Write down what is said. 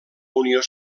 unió